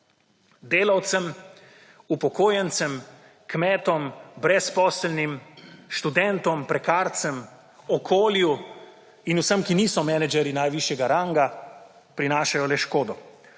Delavcem, upokojencem, kmetom, brezposelnim, študentom, prekarcem, okolju in vsem, ki niso menedžerji najvišjega ranga prinašajo le škodo,